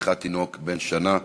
ורציחת תינוק בן שנה,